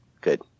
Good